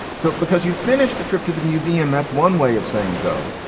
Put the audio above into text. so because you finished the trip to the museum, that's one way of saying go.